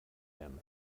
him